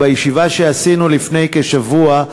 בישיבה שקיימנו לפני כשבוע,